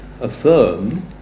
affirm